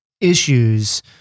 issues